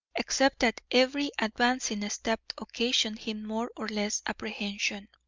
except that every advancing step occasioned him more or less apprehension.